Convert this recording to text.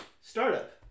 Startup